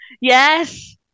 Yes